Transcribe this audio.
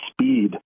speed